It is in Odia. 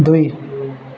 ଦୁଇ